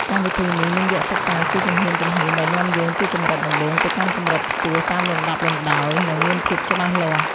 កម្មវិធីនេះមានវគ្គសិក្សាជាជំហានៗដែលនាំយើងពីកម្រិតដំបូងទៅកាន់កម្រិតខ្ពស់តាមលំដាប់លំដោយ និង មានភាពច្បាស់លាស់។